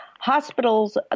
Hospitals